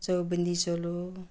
चौबन्दी चोलो